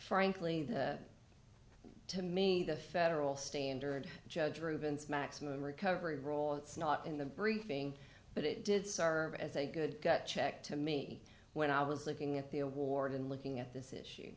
frankly that to me the federal standard judge rubin's maximum recovery role it's not in the briefing but it did as a good gut check to me when i was looking at the award and looking at this issue